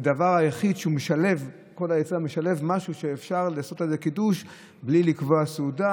זה הדבר היחיד שמשלב משהו שאפשר לעשות על זה קידוש בלי לקבוע סעודה.